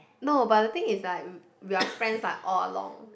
no but the thing is like we are friends like all along